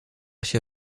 się